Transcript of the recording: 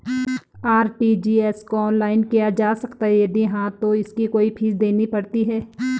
RTGS को online किया जा सकता है यदि हाँ तो इसकी कोई फीस देनी पड़ती है?